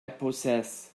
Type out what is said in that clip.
possess